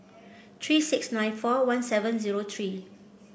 three six nine four one seven zero three